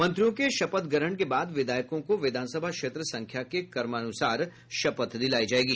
मंत्रियों के शपथ ग्रहण के बाद विधायकों को विधानसभा क्षेत्र संख्या के क्रमानुसार शपथ दिलायी जायेगी